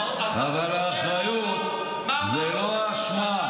אבל אחריות זו לא אשמה.